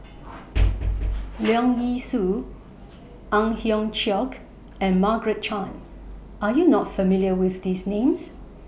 Leong Yee Soo Ang Hiong Chiok and Margaret Chan Are YOU not familiar with These Names